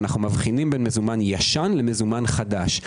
ואנו מבחינים בין מזומן ישן למזומן חדש.